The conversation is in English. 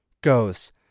goes